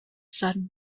sun